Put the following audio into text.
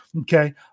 Okay